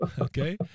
Okay